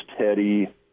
Teddy